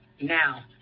now